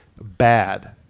bad